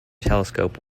telescope